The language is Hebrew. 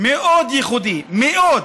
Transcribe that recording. מאוד ייחודי, מאוד.